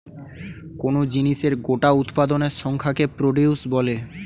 কোন জিনিসের গোটা উৎপাদনের সংখ্যাকে প্রডিউস বলে